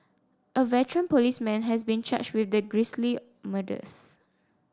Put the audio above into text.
a veteran policeman has been charged with the grisly murders